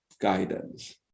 guidance